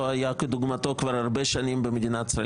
היה כדוגמתו כבר הרבה שנים במדינת ישראל.